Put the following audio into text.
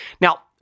Now